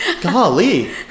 Golly